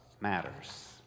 Matters